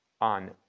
on